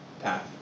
path